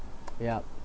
yup